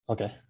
Okay